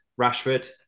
Rashford